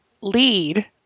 lead